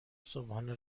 صبحانه